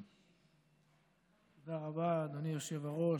תודה רבה, אדוני היושב-ראש.